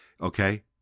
okay